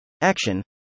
action